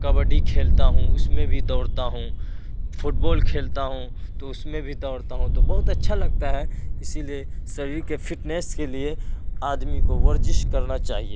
کبڈی کھیلتا ہوں اس میں بھی دوڑتا ہوں فٹ بال کھیلتا ہوں تو اس میں بھی دورتا ہوں تو بہت اچھا لگتا ہے اسی لیے شریر کے فٹنس کے لیے آدمی کو ورزش کرنا چاہیے